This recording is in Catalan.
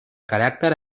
caràcter